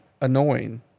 annoying